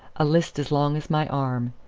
a list as long as my arm.